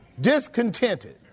discontented